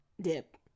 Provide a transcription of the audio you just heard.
dip